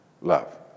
love